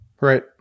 Right